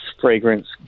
fragrance